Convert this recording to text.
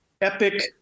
Epic